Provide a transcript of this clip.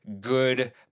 good